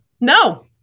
No